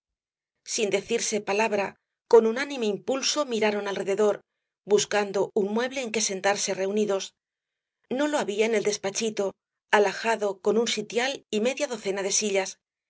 sin decirse palabra con unánime impulso miraron alrededor buscando un mueble en que sentarse reunidos no lo había en el despachito alhajado con un sitial y media docena de sillas y